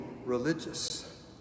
religious